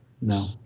No